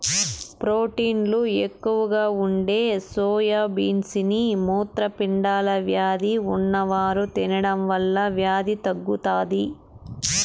ప్రోటీన్లు ఎక్కువగా ఉండే సోయా బీన్స్ ని మూత్రపిండాల వ్యాధి ఉన్నవారు తినడం వల్ల వ్యాధి తగ్గుతాది